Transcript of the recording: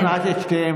אה, איחדת את שתיהן.